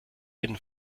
jeden